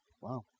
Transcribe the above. Wow